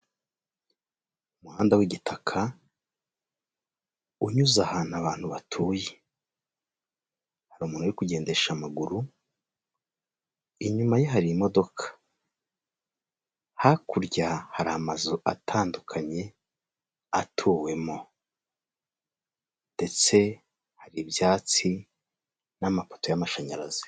Umuhanda w'igitaka unyuze ahantu abantu batuye, hari umuntu uri kugendesha amaguru, inyuma hari imodoka hakurya hari amazu atandukanye, atuwemo ndetse hari ibyatsi n'amapoto y'amashanyarazi.